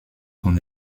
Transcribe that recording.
son